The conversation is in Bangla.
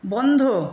বন্ধ